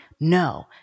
no